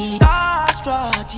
starstruck